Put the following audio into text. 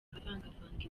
avangavanga